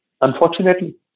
unfortunately